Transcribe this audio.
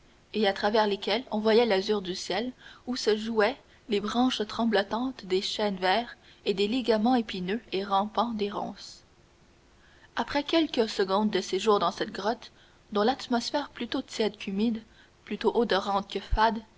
et à travers lesquels on voyait l'azur du ciel où se jouaient les branches tremblotantes des chênes verts et des ligaments épineux et rampants des ronces après quelques secondes de séjour dans cette grotte dont l'atmosphère plutôt tiède qu'humide plutôt odorante que fade